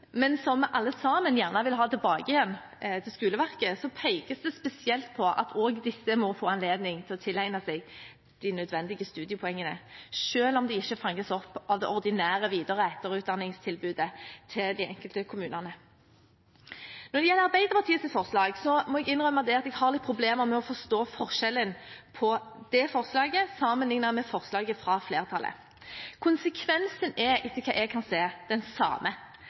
men som vi alle sammen gjerne vil ha tilbake igjen til skoleverket, pekes det spesielt på at også disse må få anledning til å tilegne seg de nødvendige studiepoengene, selv om de ikke fanges opp av det ordinære videre- og etterutdanningstilbudet til de enkelte kommunene. Når det gjelder Arbeiderpartiets forslag, må jeg innrømme at jeg har litt problemer med å forstå forskjellen på dette forslaget og forslaget fra flertallet, når jeg sammenligner. Konsekvensen er, etter hva jeg kan se, den samme.